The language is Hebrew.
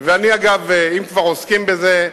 אגב, אם כבר עוסקים בזה,